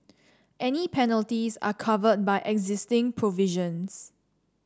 any penalties are covered by existing provisions